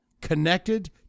connected